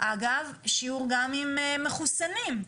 אגב שיעור גם עם מחוסנים,